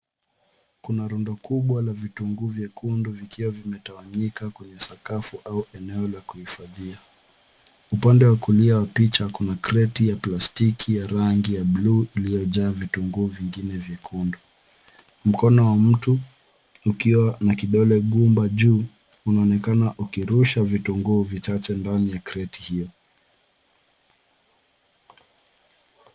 Kuna rundo kubwa la vitunguu vyekundu vikiwa vimetawanyika kwenye sakafu au eneo la kuhifadhia. Upande wa kulia wa picha, kuna kreti ya plastiki ya rangi ya buluu, iliyojaa vitunguu vingine vyekundu. Mkono wa mtu, ukiwa na kidole gumba juu, unaonekana ukirusha vitunguu vichache ndani ya kreti hiyo.